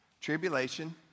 tribulation